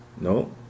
No